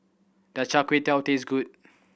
does Char Kway Teow taste good